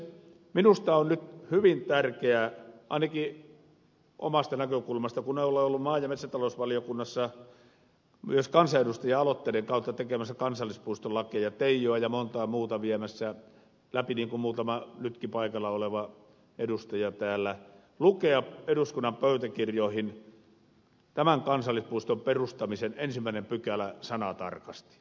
minusta on nyt hyvin tärkeää ainakin omasta näkökulmasta kun olen ollut maa ja metsätalousvaliokunnassa myös kansanedustaja aloitteiden kautta tekemässä kansallispuistolakeja teijoa ja montaa muuta viemässä läpi niin kuin muutama nytkin paikalla oleva edustaja täällä lukea eduskunnan pöytäkirjoihin tämän kansallispuiston perustamisen ensimmäinen pykälä sanatarkasti